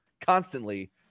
constantly